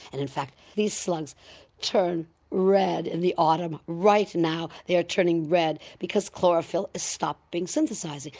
and in fact these slugs turn red in the autumn, right now they are turning red because chlorophyll is stopped being synthesised,